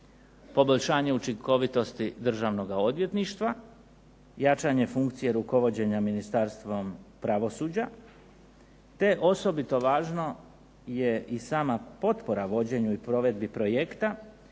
poboljšanje učinkovitosti Državnog odvjetništva, jačanje funkcije rukovođenja Ministarstvom pravosuđa, te osobito je važno je i sama potpora vođenju i provedbi projekta,